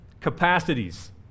capacities